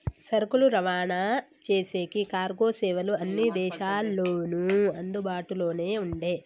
సరుకులు రవాణా చేసేకి కార్గో సేవలు అన్ని దేశాల్లోనూ అందుబాటులోనే ఉండే